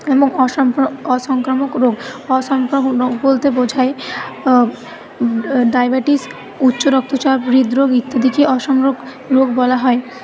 এবং অসংক্র অসংক্রামক রোগ অসংক্রামক রোগ বলতে বোঝায় ডায়াবেটিস উচ্চ রক্তচাপ হৃদরোগ ইত্যাদিকে অসংক্রামক রোগ বলা হয়